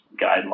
guidelines